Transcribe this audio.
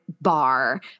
bar